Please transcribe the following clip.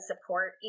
support